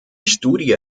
studie